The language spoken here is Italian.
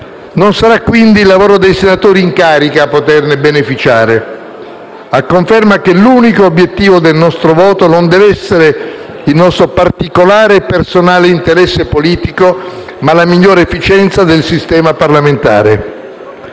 Non sarà, quindi, il lavoro dei senatori in carica a poterne beneficiare, a conferma che l'unico obiettivo del nostro voto non deve essere il nostro particolare e personale interesse politico, ma la migliore efficienza del sistema parlamentare.